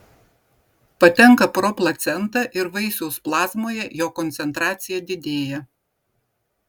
patenka pro placentą ir vaisiaus plazmoje jo koncentracija didėja